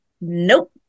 nope